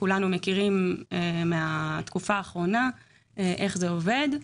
כולנו מכירים מהתקופה האחרונה איך זה עובד.